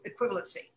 equivalency